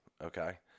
okay